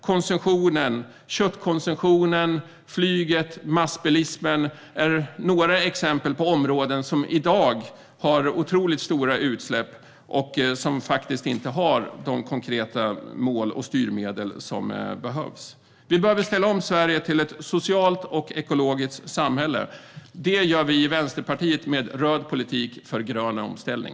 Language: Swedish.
Konsumtionen, köttkonsumtionen, flyget och massbilismen är några exempel på områden som i dag har otroligt stora utsläpp och som inte har de konkreta mål och styrmedel som behövs. Vi behöver ställa om Sverige till ett socialt och ekologiskt samhälle. Det gör vi i Vänsterpartiet med röd politik för grön omställning.